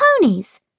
ponies